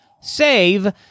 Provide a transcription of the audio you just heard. save